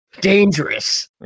dangerous